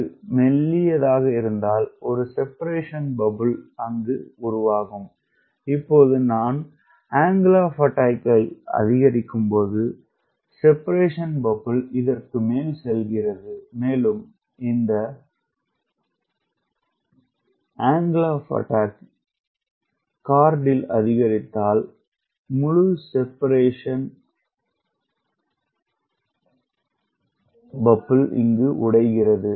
இது மெல்லியதாக இருந்தால் ஒரு செபேரேட்டின் பப்பிள் உள்ளது இப்போது நான் அங்கிள் ஆப் அட்டாக் அதிகரிக்கும்போது செபேரேட்டின் பப்பிள் இதற்கு மேல் செல்கிறது மேலும் இந்த நான் அங்கிள் ஆப் அட்டாக் அதிகரித்தால் முழு செபேரேட்டின் பப்பிள் இங்கு உடைக்கிறது